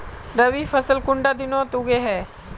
रवि फसल कुंडा दिनोत उगैहे?